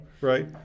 Right